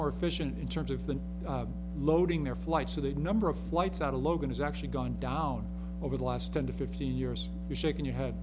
more efficient in terms of the loading their flights or the number of flights out of logan has actually gone down over the last ten to fifteen years you're shaking your head